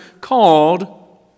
called